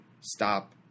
stop